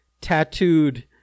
tattooed